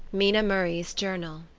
mina murray's journal